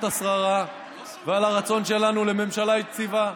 השררה ועל הרצון שלנו לממשלה יציבה.